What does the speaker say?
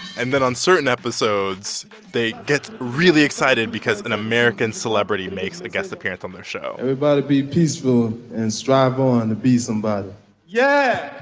and then on certain episodes, they'd get really excited because an american celebrity makes a guest appearance on their show everybody be peaceful and strive on to be somebody yeah